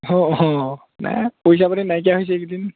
অঁ অঁ নাই পইচা পাতি নাইকিয়া হৈছে এইকেইদিন